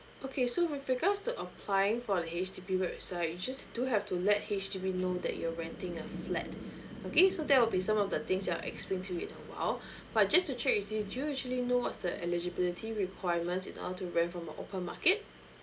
okay so with regards to applying for the H_D_B website you just do have to let H_D_B know that you're renting a flat okay so that will be some of the things you're explain to it in a while but just to check with you did you actually know what's the eligibility requirements in order to rent from the open market